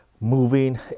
moving